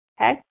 okay